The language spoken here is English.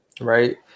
right